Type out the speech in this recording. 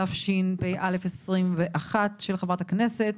התשפ"א-2021, של חברת הכנסת